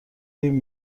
این